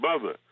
mother